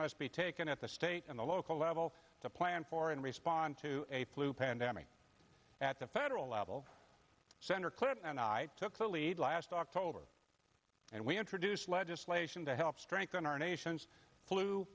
be taken at the state and the local level to plan for and respond to a plume pandemic at the federal level senator clinton and i took the lead last october and we introduced legislation to help strengthen our nation's fl